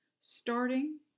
starting